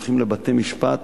הולכים לבתי-משפט,